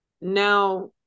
now